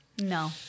No